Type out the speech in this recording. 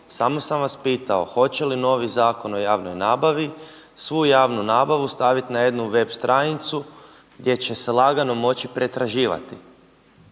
samo sam vas pitao hoće li novi Zakon o javnoj nabavi svu javnu nabavu staviti na jednu web stranicu gdje će se lagano moći pretraživati.